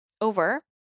over